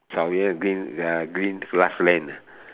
草原 green ya green grassland ah